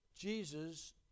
Jesus